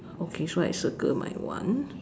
okay so I circle my one